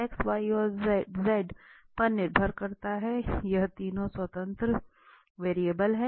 लेकिन इस मामले में f 3 घटकों x y और z पर निर्भर करता है और यह तीनों स्वतंत्र वेरिएबल्स हैं